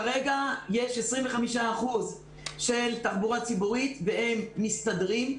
כרגע יש 25% של תחבורה ציבורית והם מסתדרים.